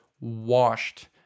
washed